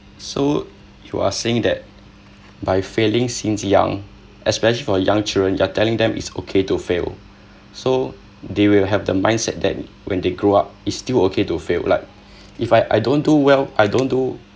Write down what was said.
so you are saying that by failing since young especially for young children you're telling them it's okay to fail so they will have the mindset that when they grow up it's still okay to fail like if I I don't do well I don't do